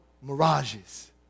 mirages